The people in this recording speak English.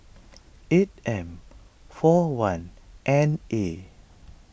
eight M four one N A